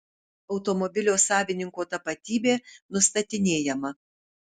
automobilio savininko tapatybė nustatinėjama